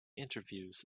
interviews